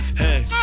hey